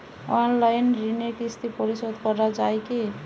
Online ঋণের কিস্তি পরিশোধ করা যায় কি?